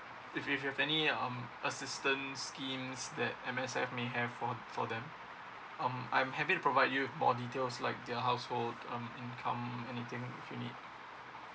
if you have any um assistant schemes that M_S_F may have for for them um I'm have it to provide you with more details like their household um income anything if you need